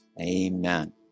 Amen